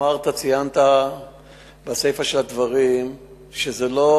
ציינת בסיפא של הדברים שזה לא